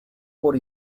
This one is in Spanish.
por